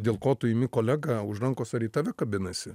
dėl ko tu imi kolegą už rankos ar į tave kabinasi